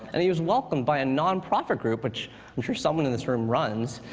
and he was welcomed by a non-profit group, which i'm sure someone in this room runs.